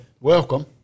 Welcome